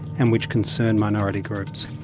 and which concern minority groups.